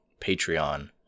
Patreon